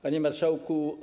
Panie Marszałku!